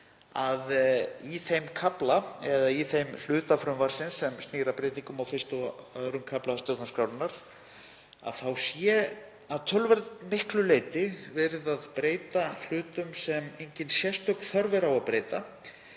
að í þeim kafla, eða í þeim hluta frumvarpsins sem snýr að breytingum á I. og II. kafla stjórnarskrárinnar, sé að töluvert miklu leyti verið að breyta hlutum sem engin sérstök þörf er á að breyta